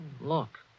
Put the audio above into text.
Look